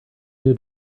new